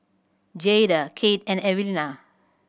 Jayda Kate and Evelena